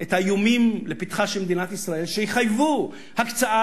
את האיומים לפתחה של מדינת ישראל שיחייבו הקצאה,